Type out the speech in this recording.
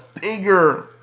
bigger